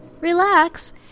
relax